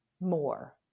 more